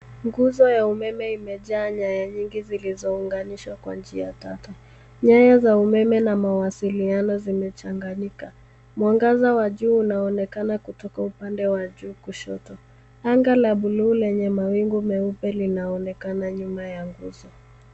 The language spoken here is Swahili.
Nguzo ya umeme imejaa nyaya nyingi zilizounganishwa kwa njia tata. Nyaya za umeme na mawasiliano zimechanganyika. Mwangaza wa jua unaonekana kutoka upande wa juu kushoto. Anga is bluu lenye mawingu meupe linaonekana nyuma ya nguzo.